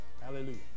Hallelujah